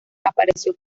apareció